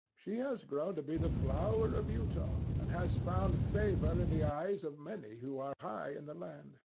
she has grown to be the flower of utah, and has found favour in the eyes of many who are high in the land.